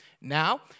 Now